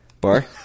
bar—